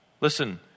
Listen